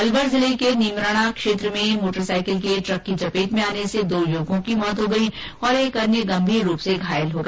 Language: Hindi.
अलवर जिले के नीमराणा थाना क्षेत्र में मोटरसाइकिल के ट्रक की चपेट में आने से दो युवकों की मौत हो गई तथा एक अन्य गंभीर रूप से घायल हो गया